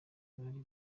bari